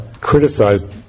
criticized